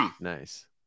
nice